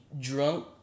drunk